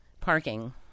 parking